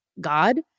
God